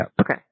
Okay